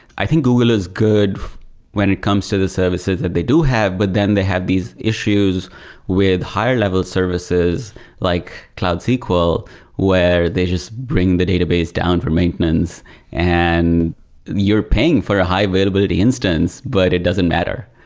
i think google is good when it comes to the services that they do have, but then they have these issues with higher-level services like cloud sql where they just bring the database down for maintenance and you're paying for a high-availability instance, but it doesn't matter.